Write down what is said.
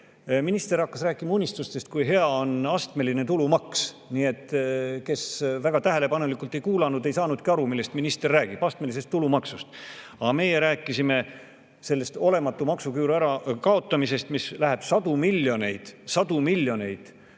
minister rääkima unistustest, kui hea on astmeline tulumaks. Nii et kes väga tähelepanelikult ei kuulanud, ei saanudki aru, millest minister räägib. Astmelisest tulumaksust. Aga meie rääkisime sellest olematu maksuküüru ärakaotamisest, mis läheb sadu miljoneid – sadu miljoneid